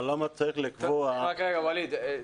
אבל למה צריך לקבוע --- רק רגע ווליד.